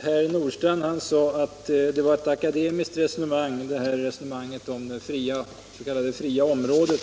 Herr talman! Herr Nordstrandh sade att resonemanget om det s.k. fria området var ett akademiskt resonemang.